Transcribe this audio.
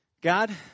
god